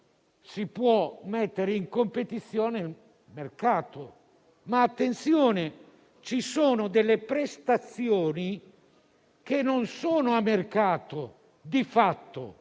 si può mettere in competizione sul mercato; un'altra cosa sono quelle prestazioni che non sono a mercato, di fatto,